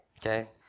okay